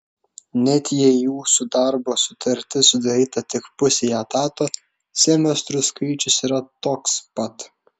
net jei jūsų darbo sutartis sudaryta tik pusei etato semestrų skaičius yra toks pat